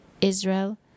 Israel